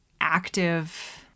active